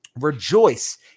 rejoice